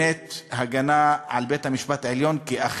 באמת הגנה, על בית-המשפט העליון, כי אחרת,